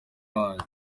wanyu